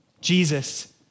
Jesus